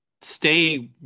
stay